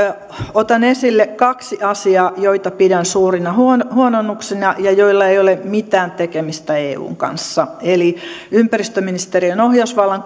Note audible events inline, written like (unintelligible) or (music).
otan esille kaksi asiaa joita pidän suurina huononnuksina ja joilla ei ole mitään tekemistä eun kanssa ympäristöministeriön ohjausvallan (unintelligible)